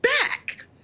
back